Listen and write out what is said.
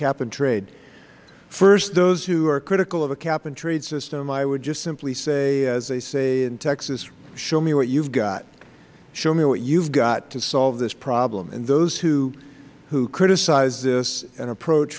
cap and trade first those who are critical of the cap and trade system i would just simply say as they say in texas show me what you've got show me what you've got to solve this problem and those who criticize this and approach